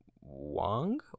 Wang